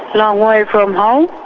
long way from home.